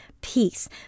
peace